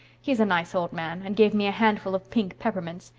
he is a nice old man and gave me a handful of pink peppermints.